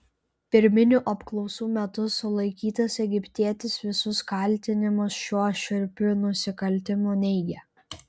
pirminių apklausų metu sulaikytas egiptietis visus kaltinimus šiuo šiurpiu nusikaltimu neigia